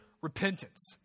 repentance